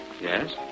Yes